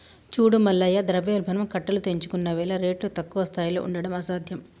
చూడు మల్లయ్య ద్రవ్యోల్బణం కట్టలు తెంచుకున్నవేల రేట్లు తక్కువ స్థాయిలో ఉండడం అసాధ్యం